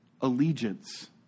allegiance